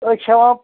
أسۍ چھِ ہٮ۪وان